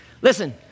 Listen